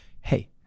Hey